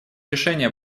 решение